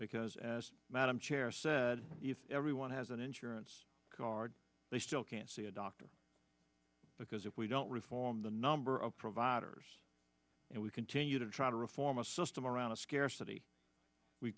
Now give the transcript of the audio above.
because as madam chair said if everyone has an insurance card they still can't see a doctor because if we don't reform the number of providers and we continue to try to reform a system around a scarcity we